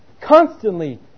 constantly